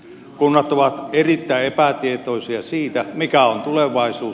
kunnat ovat erittäin epätietoisia siitä mikä on tulevaisuus